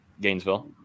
Gainesville